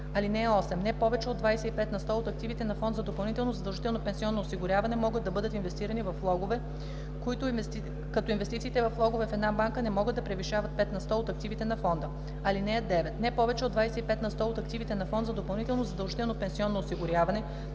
т. 4. (8) Не повече от 25 на сто от активите на фонд за допълнително задължително пенсионно осигуряване могат да бъдат инвестирани във влогове, като инвестициите във влогове в една банка не могат да превишават 5 на сто от активите на фонда. (9) Не повече от 25 на сто от активите на фонд за допълнително задължително пенсионно осигуряване